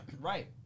Right